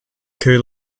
coup